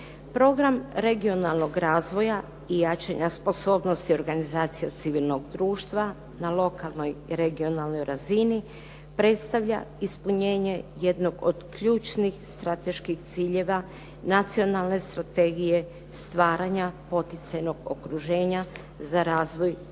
Program regionalnog razvoja i jačanja sposobnosti organizacije civilnog društva na lokalnoj i regionalnoj razini predstavlja ispunjenje jednog od ključnih strateških ciljeva nacionalne strategije, stvaranja poticajnog okruženja za razvoj